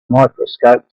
microscope